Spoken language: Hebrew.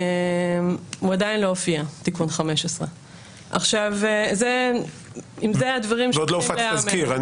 הוא עדיין לא הופיע תיקון 15. ועוד לא הופק תזכיר.